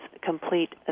Complete